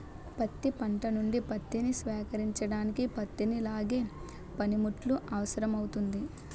పత్తి పంట నుండి పత్తిని సేకరించడానికి పత్తిని లాగే పనిముట్టు అవసరమౌతుంది